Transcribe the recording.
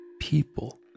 people